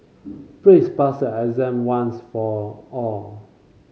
please pass exam once for all